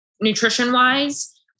nutrition-wise